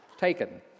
taken